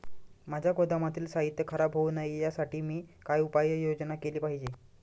माझ्या गोदामातील साहित्य खराब होऊ नये यासाठी मी काय उपाय योजना केली पाहिजे?